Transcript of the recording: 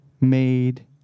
made